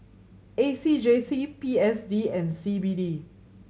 A C J C P S D and C B D